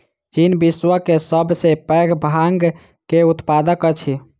चीन विश्व के सब सॅ पैघ भांग के उत्पादक अछि